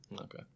Okay